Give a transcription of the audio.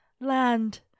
land